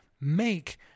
make